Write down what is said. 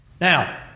Now